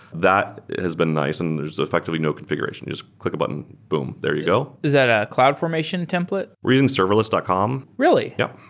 that has been nice and there's effectively no configuration. you just click a button. boom! there you go is that a cloud formation template? we're using serverless dot com really? yeah.